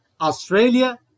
Australia